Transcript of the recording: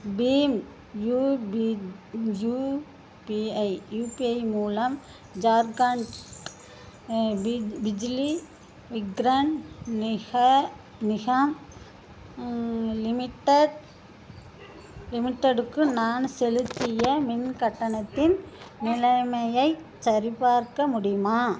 beam UPI UPI UPI மூலம் ஜார்க்கண்ட் பிஜ் பிஜ்லி விக்ரன் நிஹ நிஹாம் லிமிடெட் லிமிடெடுக்கு நான் செலுத்திய மின் கட்டணத்தின் நிலைமையைச் சரிபார்க்க முடியுமா